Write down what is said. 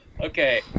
okay